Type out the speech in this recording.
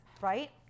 Right